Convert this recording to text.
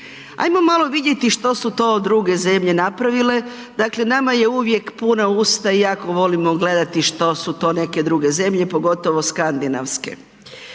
Ajmo malo vidjeti što su to druge zemlje napravile. Dakle, nama je uvijek puna usta i jako volimo gledati što su to neke druge zemlje, pogotovo skandinavske.